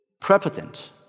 prepotent